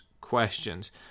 questions